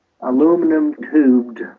aluminum-tubed